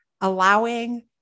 allowing